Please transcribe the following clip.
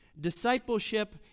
Discipleship